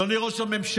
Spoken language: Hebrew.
אדוני ראש הממשלה,